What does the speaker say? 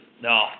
No